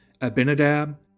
Abinadab